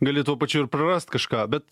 gali tuo pačiu ir prarast kažką bet